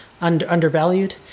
undervalued